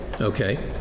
okay